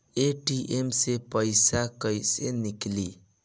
ATM से पइसा कइसे निकली?